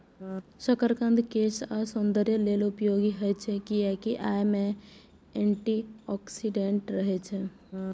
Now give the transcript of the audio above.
शकरकंद केश आ सौंदर्य लेल उपयोगी होइ छै, कियैकि अय मे एंटी ऑक्सीडेंट रहै छै